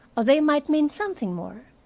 or they might mean something more,